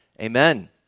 amen